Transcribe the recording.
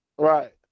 right